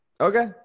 Okay